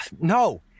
No